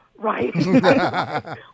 Right